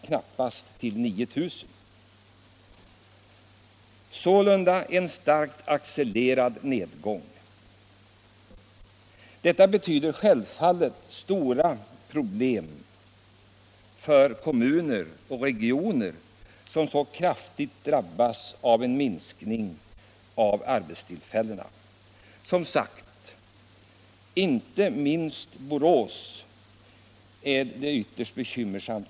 I dag är det knappast 9 000 — sålunda en starkt accelererande nedgång. Detta betyder självfallet stora problem för de kommuner och regioner som så kraftigt drabbas av en minskning av arbetstillfällena. Som sagt inte minst för Borås är läget ytterst bekymmersamt.